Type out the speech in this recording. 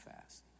fast